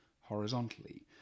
horizontally